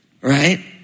right